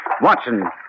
Watson